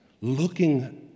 looking